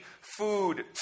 food